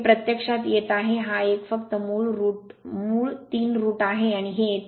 हे प्रत्यक्षात येत आहे हा एक फक्त मूळ 3 रूट आहे आणि हे 3